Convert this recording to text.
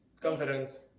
Confidence